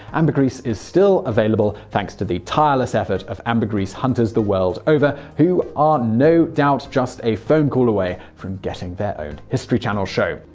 ambergris is still available thanks to the tireless efforts of ambergris hunters the world over, who ah no doubt just a phone call away from getting their own history channel show.